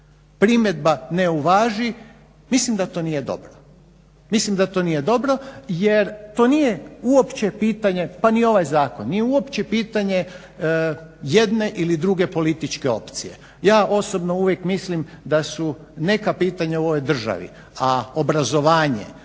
primjedba ne uvaži mislim da to nije dobro jer to nije uopće pitanje, pa ni ovaj zakon, nije uopće pitanje jedne ili druge političke opcije. Ja osobno uvijek mislim da su neka pitanja u ovoj državi, a obrazovanje,